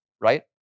right